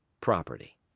property